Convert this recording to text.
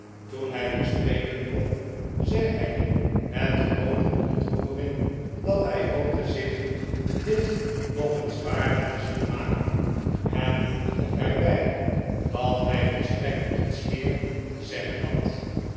toen hij weer spreken kon zei hij met groote ontroering dat hij hoopte zich dit nog eens waardig te zullert maken en voegde er bij dat hij volstrekt niets meer te zeggen had